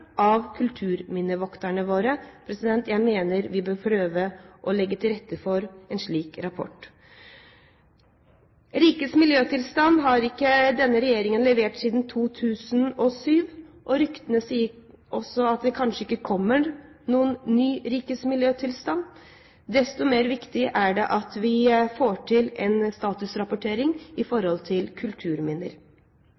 av kulturminnevokterne våre. Jeg mener vi bør prøve å legge til rette for en slik rapport. Denne regjeringen har ikke levert noen melding om rikets miljøtilstand siden 2007. Ryktene sier at det kanskje ikke kommer noen ny melding om rikets miljøtilstand. Desto mer viktig er det at vi får til en statusrapportering for kulturminner. Andre tiltak som vi kan bruke for